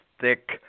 thick